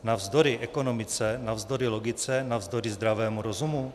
Navzdory ekonomice, navzdory logice, navzdory zdravému rozumu?